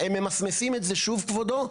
הם ממסמסים את זה שוב כבודו,